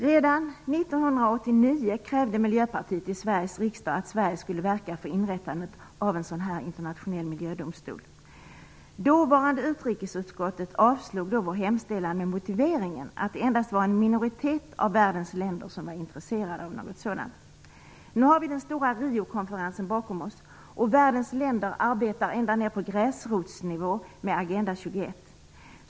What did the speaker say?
Redan 1989 krävde Miljöpartiet i Sveriges riksdag att Sverige skulle verka för inrättandet av en internationell miljödomstol. Dåvarande utrikesutskottet avstyrkte vår hemställan med motiveringen att det endast var en minoritet av världens länder som var intresserade av en sådan domstol. Nu har vi den stora Riokonferensen bakom oss. Världens länder arbetar ända nere på gräsrotsnivå med Agenda 21.